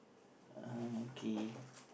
uh okay